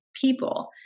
people